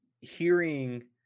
hearing